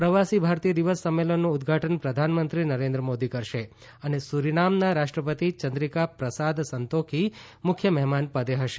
પ્રવાસી ભારતીય દિવસ સંમેલનનું ઉદધાટન પ્રધાનમંત્રી નરેન્દ્ર મોદી કરશે અને સૂરીનામનાં રાષ્ટ્રપતિ ચંદ્રિકા પ્રસાદ સનતોખી મુખ્ય મહેમાન પદે હશે